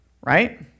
Right